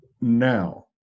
Now